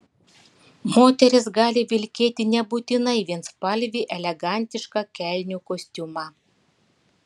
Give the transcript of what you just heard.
moteris gali vilkėti nebūtinai vienspalvį elegantišką kelnių kostiumą